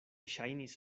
ŝajnis